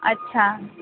अच्छा